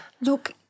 Look